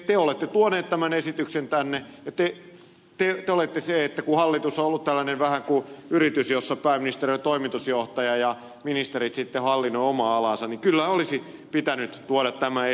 te olette tuonut tämän esityksen tänne ja kun hallitus on ollut vähän kuin yritys jossa pääministeri on toimitusjohtaja ja ministerit hallinnoivat omaa alaansa niin kyllä olisi pitänyt tuoda tämä esitys